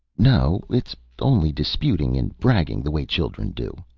no it's only disputing, and bragging, the way children do.